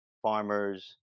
farmers